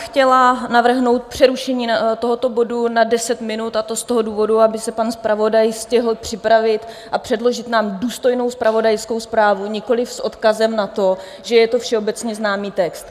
Chtěla bych navrhnout přerušení tohoto bodu na deset minut, a to z toho důvodu, aby se pan zpravodaj stihl připravit a předložit nám důstojnou zpravodajskou zprávu, nikoliv s odkazem na to, že je to všeobecně známý text.